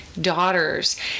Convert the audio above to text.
daughters